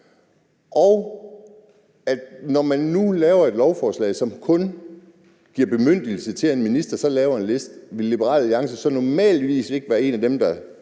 Og når man nu laver et lovforslag, som kun giver bemyndigelse til, at en minister så laver en liste, ville Liberal Alliance så ikke normalt være nogle af dem, der